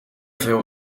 veel